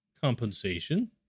compensation